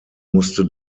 musste